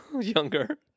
younger